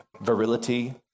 virility